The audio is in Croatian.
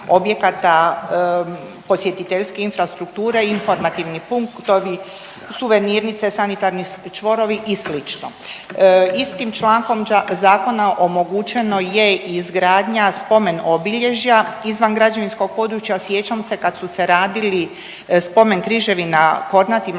posjetiteljske infrastrukture, informativni punktovi, suvenirnice, sanitarni čvorovi i slično. Istim člankom Zakona omogućeno je i izgradnja spomen obilježja izvan građevinskog područja. Sjećam se kad su se radili spomen križevi na Kornatima